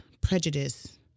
prejudice